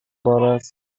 بارد